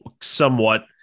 somewhat